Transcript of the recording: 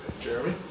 Jeremy